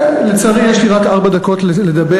לצערי יש לי רק ארבע דקות לדבר,